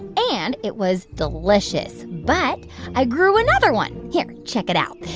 and it was delicious. but i grew another one. here, check it out.